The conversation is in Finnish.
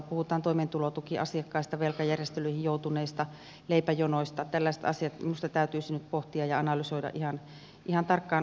puhutaan toimeentulotukiasiakkaista velkajärjestelyihin joutuneista leipäjonoista ja tällaiset asiat minusta täytyisi nyt pohtia ja analysoida ihan tarkkaan ottaen